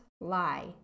lie